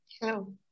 Hello